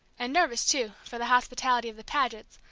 and nervous, too, for the hospitality of the pagets,